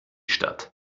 stadt